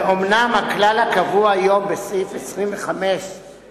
ואומנם הכלל הקבוע היום בסעיף 25(א)